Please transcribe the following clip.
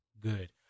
Good